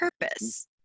purpose